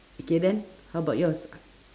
okay then how about yours